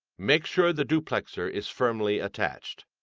make sure the duplexer is firmly attached.